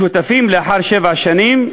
השותפים לאחר שבע שנים.